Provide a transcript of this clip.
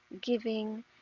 giving